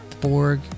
Borg